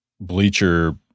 bleacher